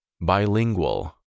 Bilingual